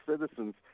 citizens